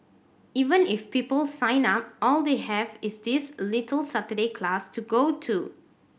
even if people sign up all they have is this little Saturday class to go to